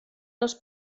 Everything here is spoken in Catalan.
els